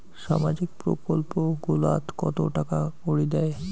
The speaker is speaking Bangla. সামাজিক প্রকল্প গুলাট কত টাকা করি দেয়?